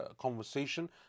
conversation